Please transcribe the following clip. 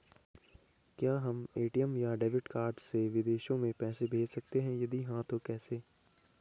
क्या हम ए.टी.एम या डेबिट कार्ड से विदेशों में पैसे भेज सकते हैं यदि हाँ तो कैसे?